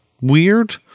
weird